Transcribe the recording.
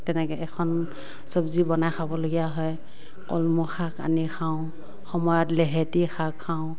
তেনেকৈ এখন চবজি বনাই খাবলগীয়া হয় কলমৌ শাক আনি খাওঁ সময়ত লেহেতী শাক আনি খাওঁ